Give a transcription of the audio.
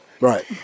Right